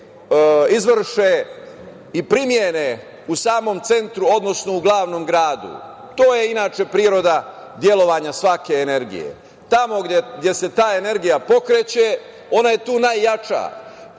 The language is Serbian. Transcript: izvrše i primene u samom centru, odnosno u glavnom gradu. To je inače priroda delovanja svake energije. Tamo gde se ta energija pokreće ona je tu najjača